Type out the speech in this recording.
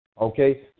okay